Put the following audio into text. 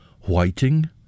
whiting